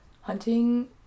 hunting